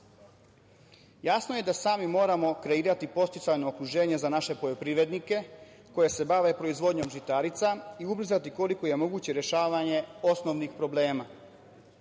je da sami moramo kreirati podsticajno okruženje za naše poljoprivrednike koji se bave proizvodnjom žitarica i ubrzati je koliko je moguće rešavanje osnovnih problema.